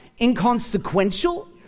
inconsequential